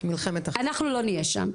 אנחנו לא נהיה שם,